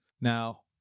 Now